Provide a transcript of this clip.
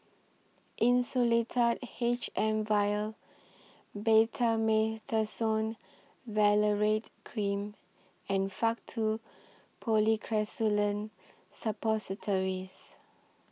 Insulatard H M Vial Betamethasone Valerate Cream and Faktu Policresulen Suppositories